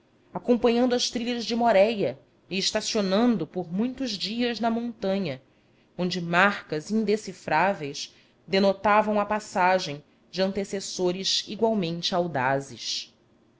acompanhando as trilhas de moréia e estacionando por muitos dias na montanha onde marcas indecifráveis denotavam a passagem de antecessores igualmente audazes